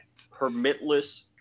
permitless